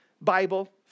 Bible